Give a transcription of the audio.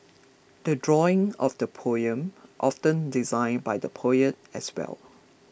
the drawing of the poem often designed by the poet as well